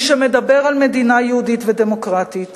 מי שמדבר על מדינה יהודית ודמוקרטית,